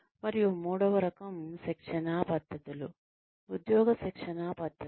మరియు మూడవ రకం శిక్షణా పద్ధతులు ఉద్యోగ శిక్షణా పద్ధతులు